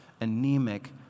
anemic